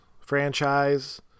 franchise